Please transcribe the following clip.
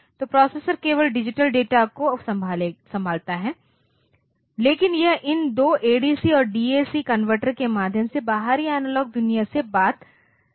तो प्रोसेसर केवल digital data को संभालता है लेकिन यह इन दो एडीसी और डीएसी कन्वर्टर्स के माध्यम से बाहरी एनालॉग दुनिया से बात कर सकता है